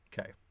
Okay